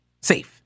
Safe